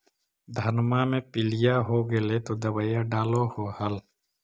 धनमा मे पीलिया हो गेल तो दबैया डालो हल?